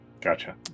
Gotcha